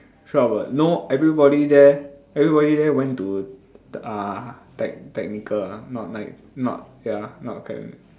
sure about no everybody there everybody there went to uh tech~ technical ah not nit~ not ya not academic